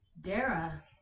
Dara